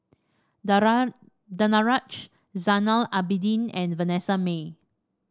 Danaraj Zainal Abidin and Vanessa Mae